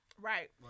Right